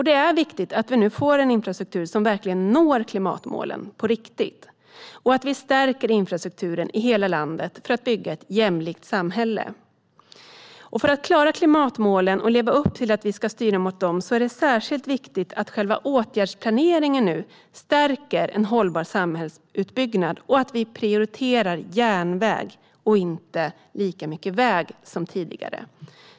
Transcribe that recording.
Det är viktigt att vi får en infrastruktur som når klimatmålen på riktigt och att vi stärker infrastrukturen i hela landet för att bygga ett jämlikt samhälle. För att leva upp till att styra mot och klara klimatmålen är det särskilt viktigt att själva åtgärdsplaneringen stärker en hållbar samhällsutbyggnad och att vi prioriterar järnväg och inte lika mycket väg som tidigare.